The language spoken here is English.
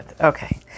okay